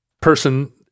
person